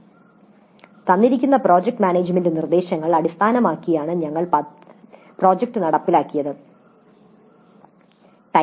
"തന്നിരിക്കുന്ന project management മാർഗ്ഗനിർദ്ദേശങ്ങൾ അടിസ്ഥാനമാക്കിയാണ് ഞങ്ങൾ പ്രോജക്റ്റ് നടപ്പിലാക്കിയത്"